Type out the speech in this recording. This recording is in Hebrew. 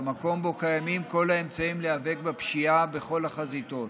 למקום שבו קיימים כל האמצעים להיאבק בפשיעה בכל החזיתות.